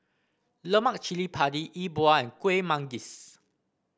Lemak Cili Padi E Bua and Kuih Manggis